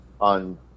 on